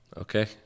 okay